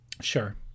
sure